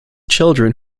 children